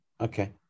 okay